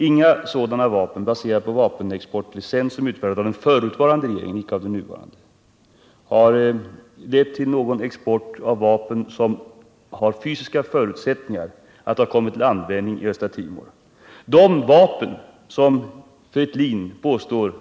Inga vapenexportlicenser som utfärdats av den förutvarande regeringen — icke av den nuvarande — har lett till någon export av vapen som skulle ha fysiska förutsättningar att ha kommit till användning på Östra Timor.